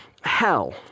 hell